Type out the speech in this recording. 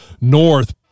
North